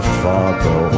father